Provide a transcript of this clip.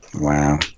Wow